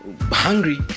hungry